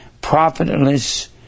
profitless